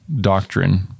doctrine